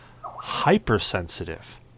hypersensitive